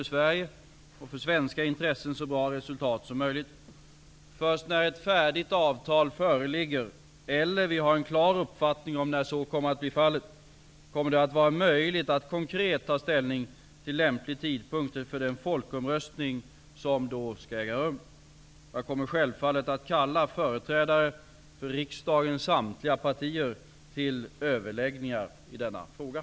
Enligt uppgift i massmedierna har dock Moderaternas partisekreterare hävdat att folkomröstningen om medlemskap i EG skall äga rum på valdagen i september 1994. Övriga regeringspartier har hävdat annorlunda ståndpunkter. Har regeringen -- och i så fall när -- för avsikt att inbjuda riksdagspartierna till samtal om datum för folkomröstningen om EG-medlemskap?